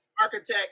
architect